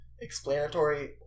explanatory